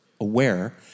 aware